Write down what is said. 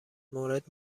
مورد